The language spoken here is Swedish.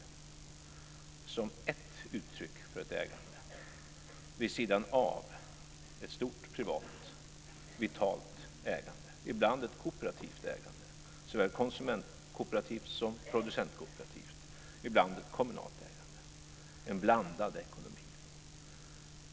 Det ska vara ett uttryckt för ägande vid sidan av ett stort, privat, vitalt ägande. Ibland ska det vara kooperativt ägande, såväl konsumentkooperativt som producentkooperativt. Ibland ska det vara kommunalt ägande. Det ska vara en blandad ekonomi.